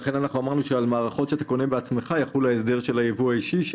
ולכן אמרנו שעל מערכות שאתה קונה בעצמך יחול ההסדר של הייבוא האישי.